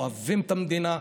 אוהבים את המדינה,